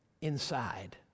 inside